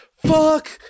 fuck